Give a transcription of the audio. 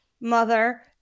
mother